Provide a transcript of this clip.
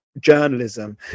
journalism